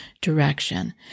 direction